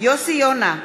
יוסי יונה,